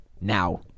now